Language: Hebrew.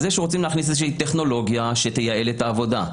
על זה שרוצים להכניס איזו טכנולוגיה שתייעל את העבודה,